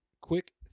quick